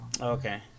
Okay